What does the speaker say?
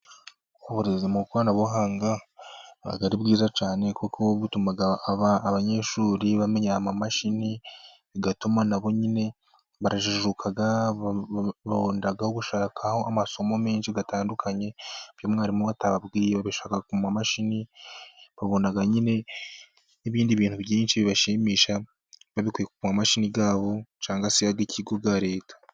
Uburezi mu koranabuhanga nabwo buba ari bwiza cyane, kuko butuma abanyeshuri bamenya amamashini, bigatuma nabo nyine bajijuka baboneragaho gushaka amasomo menshi atandukanye, ibyo umwarimu atababwiye babishaka ku mamashini, babona nyine ibindi bintu byinshi bibashimisha babikuye ku mamashini yabo cyangwa se ay'ikigo cya Leta.